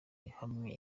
ihamye